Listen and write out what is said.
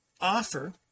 offer